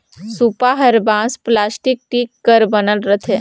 सूपा हर बांस, पलास्टिक, टीग कर बनल रहथे